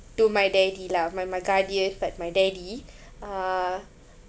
to my daddy lah my my guardian but my daddy uh